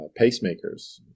pacemakers